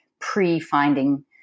pre-finding